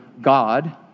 God